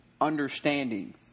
understanding